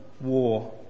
war